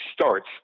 starts